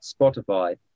Spotify